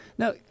Now